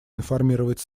информировать